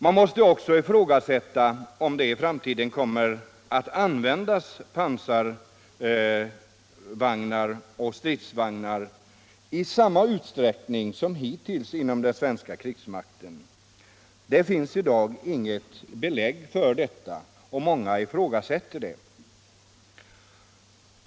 Man måste också ifrågasätta om det i framtiden kommer att användas pansarvagnar och stridsvagnar i samma utsträckning som hittills inom den svenska krigsmakten. Det finns i dag inget belägg för det, och många ifrågasätter det.